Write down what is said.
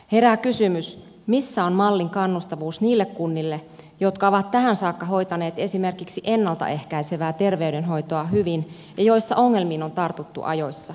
herää kysymys missä on mallin kannustavuus niille kunnille jotka ovat tähän saakka hoitaneet esimerkiksi ennalta ehkäisevää terveydenhoitoa hyvin ja joissa ongelmiin on tartuttu ajoissa